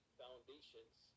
foundations